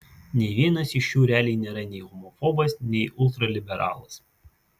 nei vienas iš jų realiai nėra nei homofobas nei ultraliberalas